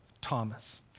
Thomas